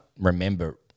remember